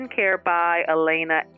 skincarebyelena